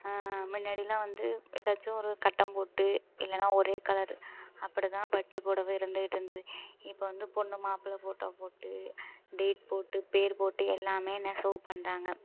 முன்னடிலாம் வந்து ஏதாச்சும் ஒரு கட்டம் போட்டு இல்லைனா ஒரே கலரு அப்படிதான் பட்டு புடவை இருந்துக்கிட்டு இருந்தது இப்போ வந்து பொண்ணு மாப்பிள போட்டோ போட்டு டேட் போட்டு பேர் போட்டு எல்லாமே நெசவு பண்ணுறாங்க